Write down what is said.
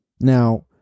now